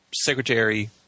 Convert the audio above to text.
secretary